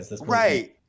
Right